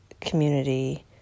community